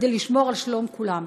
כדי לשמור על שלום כולם.